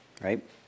Right